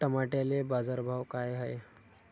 टमाट्याले बाजारभाव काय हाय?